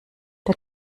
der